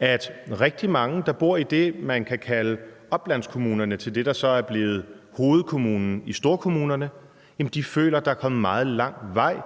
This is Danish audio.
at rigtig mange, der bor i det, man kan kalde oplandskommunerne til det, der så er blevet hovedkommunen i storkommunerne, føler, at der er kommet meget lang vej